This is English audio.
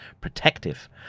protective